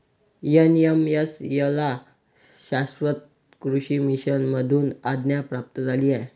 NMSA ला शाश्वत कृषी मिशन मधून आज्ञा प्राप्त झाली आहे